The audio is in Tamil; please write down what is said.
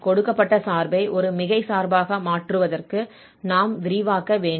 கொடுக்கப்பட்ட சார்பை ஒரு மிகை சார்பாக மாற்றுவதற்கு நாம் விரிவாக்க வேண்டும்